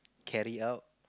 carry out